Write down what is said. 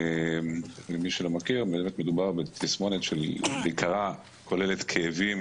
למי שלא מכיר, מדובר בתסמונת שבעיקרה כוללת כאבים